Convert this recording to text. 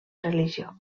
religió